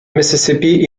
mississippi